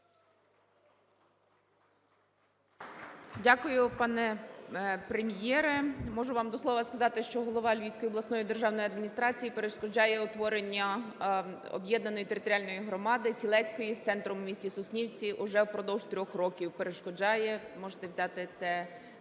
Дякую, пане Прем'єре. Можу вам до слова сказати, що голова Львівської обласної державної адміністрації перешкоджає утворенню об'єднаної територіальної громадиСілецької з центром в місті Соснівці вже впродовж трьох років, перешкоджає. Можете взяти це